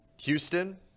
Houston